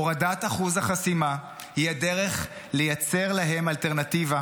הורדת אחוז החסימה היא הדרך לייצר להם אלטרנטיבה